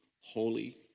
holy